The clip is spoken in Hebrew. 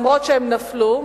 אף שהן נפלו,